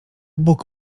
bóg